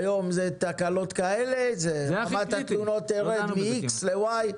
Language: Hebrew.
היום יש תקלות אלה ואחר כך רמת התלונות תרד מאיקס ל-ואי.